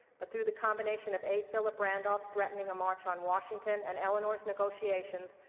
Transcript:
but through the combination of a. philip randolph threatening a march on washington and eleanor's negotiations,